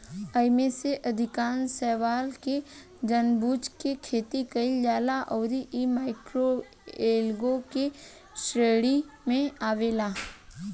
एईमे से अधिकांश शैवाल के जानबूझ के खेती कईल जाला अउरी इ माइक्रोएल्गे के श्रेणी में आवेला